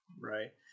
Right